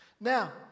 now